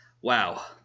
Wow